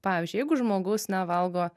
pavyzdžiui jeigu žmogus nevalgo